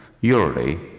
Usually